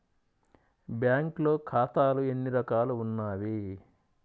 బ్యాంక్లో ఖాతాలు ఎన్ని రకాలు ఉన్నావి?